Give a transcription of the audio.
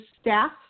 staff